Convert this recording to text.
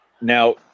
Now